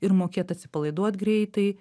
ir mokėt atsipalaiduot greitai